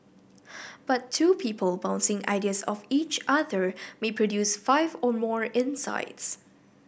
but two people bouncing ideas off each other may produce five or more insights